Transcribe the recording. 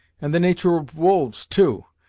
and the natur' of wolves too,